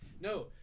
No